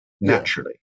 naturally